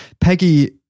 Peggy